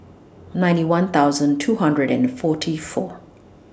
ninety one thousand two hundred and forty four